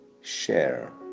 share